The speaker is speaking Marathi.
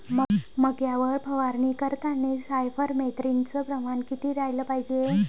मक्यावर फवारनी करतांनी सायफर मेथ्रीनचं प्रमान किती रायलं पायजे?